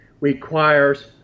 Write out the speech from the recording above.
requires